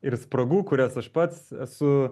ir spragų kurias aš pats esu